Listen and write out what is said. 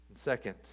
Second